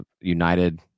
United